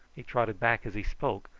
he trotted back as he spoke,